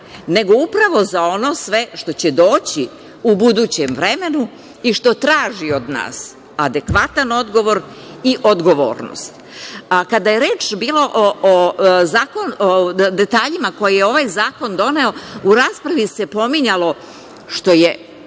nego upravo za ono sve što će doći u budućem vremenu i što traži od nas adekvatan odgovor i odgovornost. Kada je reč bila o detaljima koje je ovaj zakon doneo u raspravi se pominjalo, što je